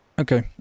Okay